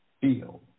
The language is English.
feel